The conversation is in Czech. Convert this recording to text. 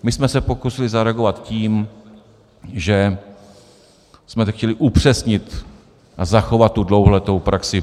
My jsme se pokusili zareagovat tím, že jsme to chtěli upřesnit a zachovat tu dlouholetou praxi.